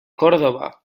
córdoba